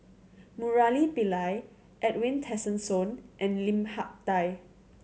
Murali Pillai Edwin Tessensohn and Lim Hak Tai